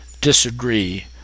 disagree